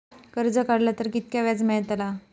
कर्ज काडला तर कीतक्या व्याज मेळतला?